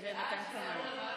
ומה איתי?